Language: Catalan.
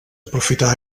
aprofità